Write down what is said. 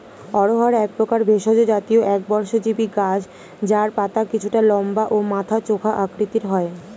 অড়হর একপ্রকার ভেষজ জাতীয় একবর্ষজীবি গাছ যার পাতা কিছুটা লম্বা ও মাথা চোখা আকৃতির হয়